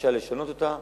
רשאי לשנות אותה,